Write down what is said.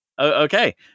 Okay